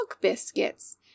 biscuits